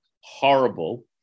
horrible